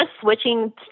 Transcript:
switching